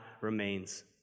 remains